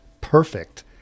perfect